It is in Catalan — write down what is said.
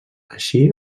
així